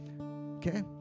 okay